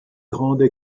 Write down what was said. grandes